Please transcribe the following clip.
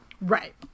Right